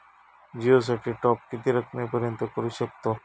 जिओ साठी टॉप किती रकमेपर्यंत करू शकतव?